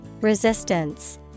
Resistance